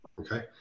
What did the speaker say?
Okay